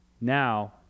now